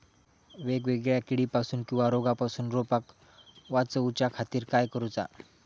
वेगवेगल्या किडीपासून किवा रोगापासून रोपाक वाचउच्या खातीर काय करूचा?